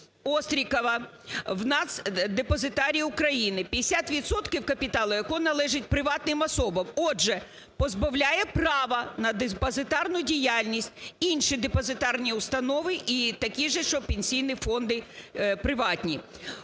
Острікова в Нацдепозитарії України, 50 відсотків капіталу якого належить приватним особам, отже, позбавляє права на депозитарну діяльність, інші депозитарні установи і такі же, що пенсійні фонди приватні,